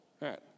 right